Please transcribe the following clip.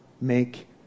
make